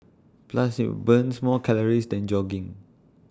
plus IT burns more calories than jogging